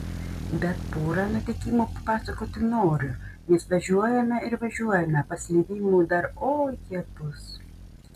bet porą nutikimų papasakoti noriu nes važiuojame ir važiuojame paslydimų dar oi kiek bus